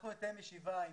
אנחנו נתאם ישיבה.